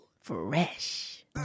Fresh